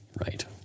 Right